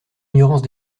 ignorance